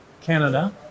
Canada